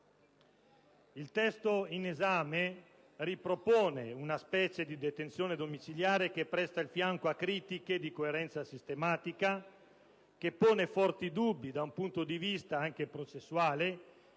Il testo in esame ripropone una specie di detenzione domiciliare che presta il fianco a critiche di coerenza sistematica, che pone forti dubbi da un punto di vista anche processuale